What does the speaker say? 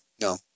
No